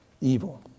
evil